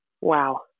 Wow